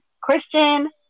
Christian